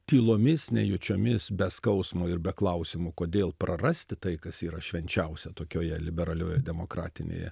tylomis nejučiomis be skausmo ir be klausimų kodėl prarasti tai kas yra švenčiausia tokioje liberalioje demokratinėje